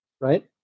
right